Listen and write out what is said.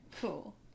Cool